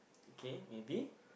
okay maybe